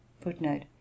FOOTNOTE